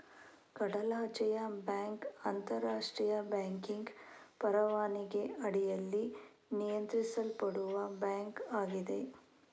ಕಡಲಾಚೆಯ ಬ್ಯಾಂಕ್ ಅಂತರಾಷ್ಟ್ರೀಯ ಬ್ಯಾಂಕಿಂಗ್ ಪರವಾನಗಿ ಅಡಿಯಲ್ಲಿ ನಿಯಂತ್ರಿಸಲ್ಪಡುವ ಬ್ಯಾಂಕ್ ಆಗಿದೆ